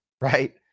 right